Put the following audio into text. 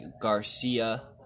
Garcia